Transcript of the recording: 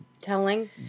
Telling